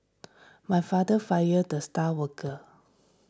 my father fired the star worker